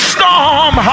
storm